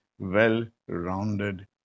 well-rounded